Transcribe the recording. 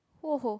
!woohoo!